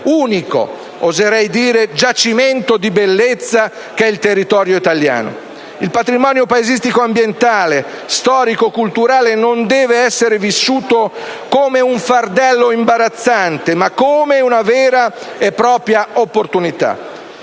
unico - oserei dire - giacimento di bellezza che è il territorio italiano. Il patrimonio paesistico ambientale, storico e culturale non deve essere vissuto come un fardello imbarazzante, ma come una vera e propria opportunità.